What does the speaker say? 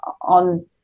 on